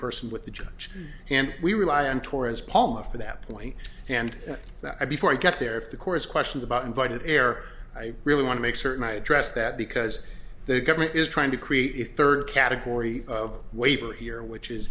person with the judge and we rely on torres paula for that point and that before i get there if the chorus questions about invited air i really want to make certain i address that because the government is trying to create a third category of waiver here which is